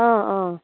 অঁ অঁ